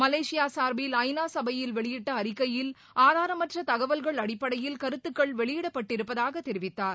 Malaysia சார்பில் ஐநா சபையில் வெளியிட்ட அறிக்கையில் ஆதாரமற்ற தகவல்கள் அடிப்படையில் கருத்துக்கள் வெளியிடப்பட்டிருப்பதாக தெரிவித்தார்